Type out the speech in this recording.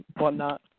whatnot